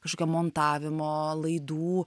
kažkokio montavimo laidų